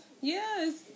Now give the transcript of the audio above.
Yes